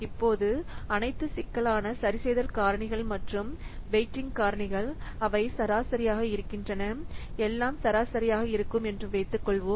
இப்போது அனைத்து சிக்கலான சரிசெய்தல் காரணிகள் மற்றும் வெயிட்டிங் காரணிகள் அவை சராசரியாக இருக்கின்றன எல்லாம் சராசரியாக இருக்கும் என்று வைத்துக் கொள்வோம்